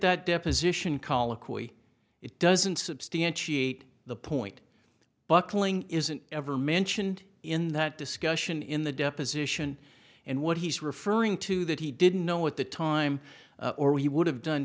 that deposition colloquy it doesn't substantiate the point buckling isn't ever mentioned in that discussion in the deposition and what he's referring to that he didn't know at the time or he would have done